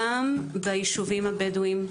גם בישובים הבדואים,